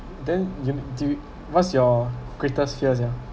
then you may do what's your greatest fears yeah